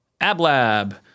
AbLab